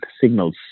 signals